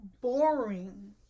boring